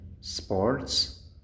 sports